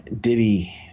Diddy